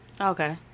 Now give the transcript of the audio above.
Okay